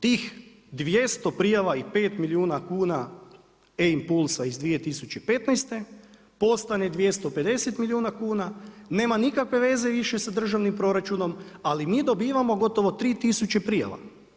Tih 250 prijava i 5 milijuna kuna E-impulsa iz 2015. postane 250 milijuna kuna, nema nikakve više veze sa državnim proračunom, ali mi dobivamo gotovo 3 tisuće prijava.